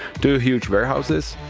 two huge warehouses,